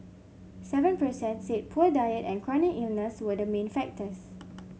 seven per cent said poor diet and chronic illness were the main factors